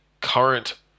current